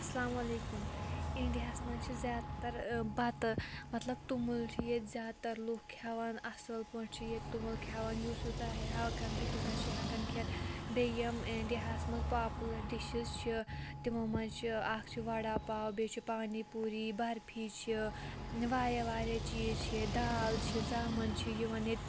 اَسَلامُ علیکُم اِنڈیاہَس منٛز چھِ زیادٕ تَر بَتہٕ مطلب توٚمُل چھِ ییٚتہِ زیادٕ تَر لُکھ کھٮ۪وان اَصٕل پٲٹھۍ چھِ ییٚتہِ توٚمُل کھٮ۪وان یُس یوٗتاہ ہٮ۪کَان چھِ تیوٗتاہ چھِ ہٮ۪کَان کھٮ۪تھ بیٚیہِ یِم اِنڈیاہَس منٛز پاپُلَر ڈِشِز چھِ تِمو منٛز چھِ اَکھ چھِ وَڑا پاو بیٚیہِ چھِ پانی پوٗری برفی چھِ واریاہ واریاہ چیٖز چھِ ییٚتہِ دال چھِ ژامَن چھِ یِوان ییٚتہِ